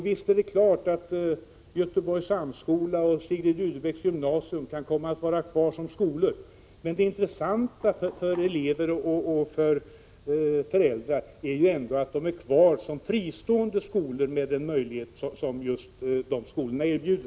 Visst kan Göteborgs Högre Samskola och Sigrid Rudebecks Gymnasium komma att vara kvar som skolor, men det intressanta för elever och föräldrar är ändå att de är kvar som fristående skolor med de möjligheter som just dessa erbjuder.